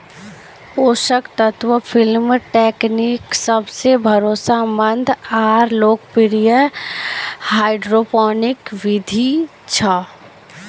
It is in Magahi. पोषक तत्व फिल्म टेकनीक् सबसे भरोसामंद आर लोकप्रिय हाइड्रोपोनिक बिधि छ